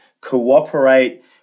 cooperate